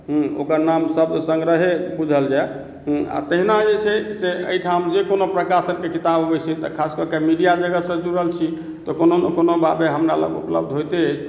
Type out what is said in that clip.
हूँ ओकर नाम शब्द संग्रहे बुझल जाय हूँ आ तहिना जे छै से एहिठाम जे कोनो प्रकाशक के किताब अबै छै तऽ खास कऽ कऽ मीडिया जगत सँ जुड़ल छी तऽ कोनो ने कोनो बाबे हमरा लग उपलब्ध होइते अछि